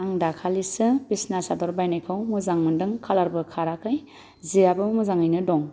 आं दाखालिसो बिसिना सादोर बायनायखौ मोजां मोनदों कालारबो खाराखै जिआबो मोजाङैनो दं